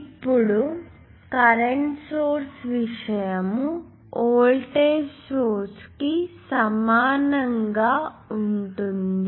ఇప్పుడు current source విషయం voltage source కి సమానంగా ఉంటుంది